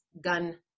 gun